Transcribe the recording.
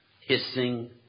hissing